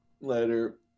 Later